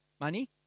Money